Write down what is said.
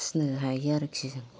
फिनो हायो आरखि जों